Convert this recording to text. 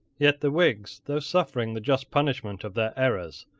yet the whigs, though suffering the just punishment of their errors,